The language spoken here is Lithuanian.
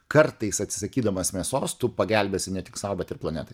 kartais atsisakydamas mėsos tu pagelbėsi ne tik sau bet ir planetai